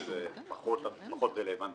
בוקר טוב.